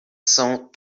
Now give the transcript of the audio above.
cents